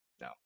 no